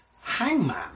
Hangman